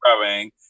Growing